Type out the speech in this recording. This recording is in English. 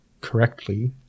correctly